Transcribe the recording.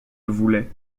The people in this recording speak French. voulaient